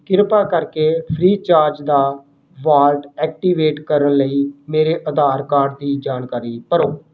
ਕ੍ਰਿਪਾ ਕਰਕੇ ਫ੍ਰੀਚਾਰਜ ਦਾ ਵਾਲਟ ਐਕਟੀਵੇਟ ਕਰਨ ਲਈ ਮੇਰੇ ਆਧਾਰ ਕਾਰਡ ਦੀ ਜਾਣਕਾਰੀ ਭਰੋ